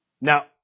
Now